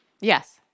Yes